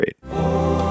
great